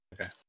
Okay